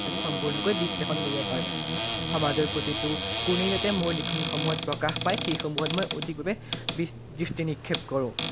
আদি সম্পূৰ্ণকৈ বিশ্লেষণ কৰিব পাৰোঁ সমাজৰ প্ৰতিটো কোণেই যাতে মোৰ লিখনিসমূহত প্ৰকাশ পায় সেইসমূহত মই অধিকভাৱে দৃ দৃষ্টি নিক্ষেপ কৰোঁ